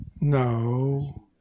No